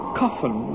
coffin